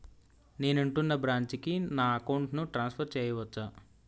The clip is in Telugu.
నేను ఉంటున్న బ్రాంచికి నా అకౌంట్ ను ట్రాన్సఫర్ చేయవచ్చా?